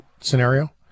scenario